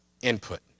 input